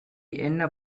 என்ன